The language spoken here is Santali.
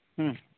ᱦᱩᱸ